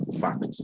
Fact